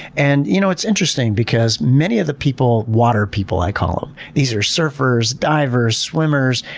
and you know it's interesting because many of the people, water people i call them, these are surfers, divers, swimmers,